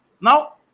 Now